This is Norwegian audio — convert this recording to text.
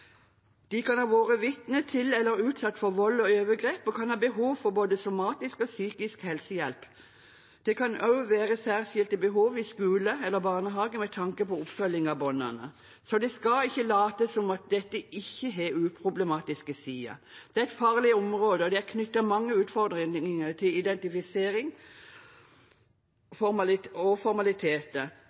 De kan ha vært vitne til eller vært utsatt for vold og overgrep og kan ha behov for både somatisk og psykisk helsehjelp. Det kan også være særskilte behov i skole eller barnehage med tanke på oppfølging av barna. Så skal det ikke lates som om dette ikke har uproblematiske sider. Det er et farlig område, og det er knyttet mange utfordringer til identifisering og formaliteter.